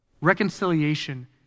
Reconciliation